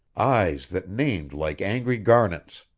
eyes that named like angry garnets.